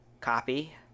copy